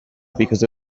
because